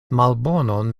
malbonon